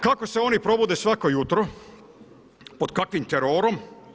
Kako se oni provode svako jutro, pod kakvim terorom?